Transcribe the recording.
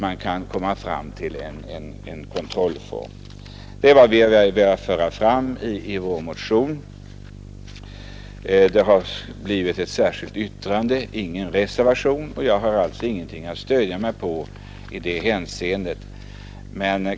Man måste också finna en kontrollform. Detta var vad vi ville föra fram i vår motion. Det har blivit ett särskilt yttrande, inte någon reservation, och jag har alltså ingenting att stödja mig på.